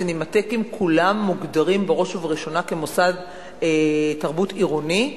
הסינמטקים כולם מוגדרים בראש וראשונה כמוסד תרבות עירוני,